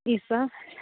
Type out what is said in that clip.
ई सभ